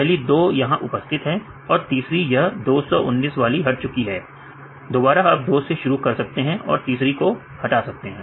पहली दो यहां उपस्थित है और तीसरी यह 219 हट चुकी है दोबारा आप 2 से शुरू कर सकते हैं और तीसरी को हटा सकते हैं